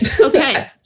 okay